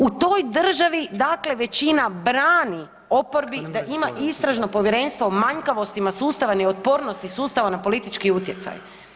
U toj državi dakle većina brani oporbi dakle da ima istražno povjerenstvo o manjkavostima sustava, neotpornosti sustava na politički utjecaj.